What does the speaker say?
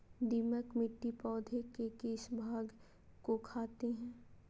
दीमक किट पौधे के किस भाग को खाते हैं?